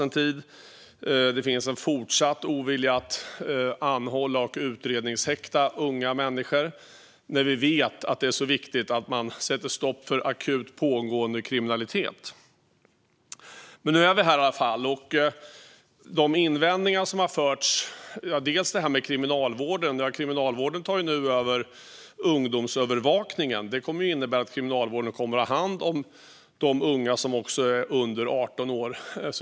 Det har funnits en fortsatt ovilja att anhålla och utredningshäkta unga människor, när vi vet att det är så viktigt att man sätter stopp för akut pågående kriminalitet. Men nu är vi här i alla fall. De invändningar som har förts fram gäller att Kriminalvården nu tar över ungdomsövervakningen, som kommer att innebära att Kriminalvården kommer att ha hand om de unga som är under 18 år.